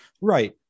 Right